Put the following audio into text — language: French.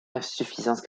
insuffisance